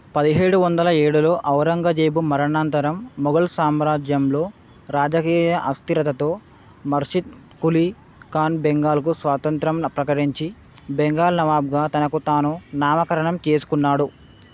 పదిహేడు వందల ఏడులో ఔరంగజేబు మరణానంతరం మొఘల్ సామ్రాజ్యంలో రాజకీయ అస్థిరతతో మర్షిద్ కులీ ఖాన్ బెంగాల్కు స్వాతంత్రం ప్రకటించి బెంగాల్ నవాబ్గా తనకు తాను నామకరణం చేసుకున్నాడు